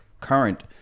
current